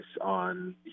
on